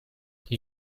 die